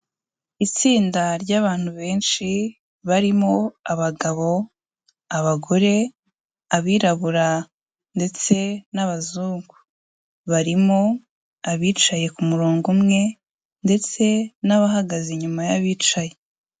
Itsinda ry'abantu benshi barimo abagabo, abagore, abirabura ndetse n'abazungu, barimo abicaye ku murongo umwe ndetse n'abahagaze inyuma y'abicaye.